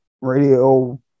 radio